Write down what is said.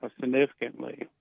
significantly